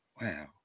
wow